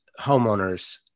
homeowners